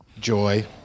Joy